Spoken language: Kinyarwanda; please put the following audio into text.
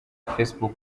facebook